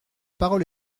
parole